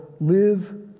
live